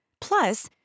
Plus